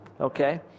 Okay